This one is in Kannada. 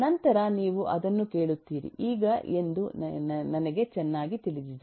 ನಂತರ ನೀವು ಅದನ್ನು ಕೇಳುತ್ತೀರಿ ಈಗ ಎಂದು ನನಗೆ ಚೆನ್ನಾಗಿ ತಿಳಿದಿದೆ